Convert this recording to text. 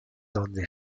donde